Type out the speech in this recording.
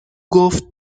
گفت